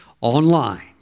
online